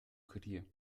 kurier